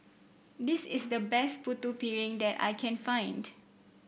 this is the best Putu Piring that I can find